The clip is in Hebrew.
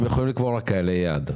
הם יכולים לקבוע רק קהלי יעד.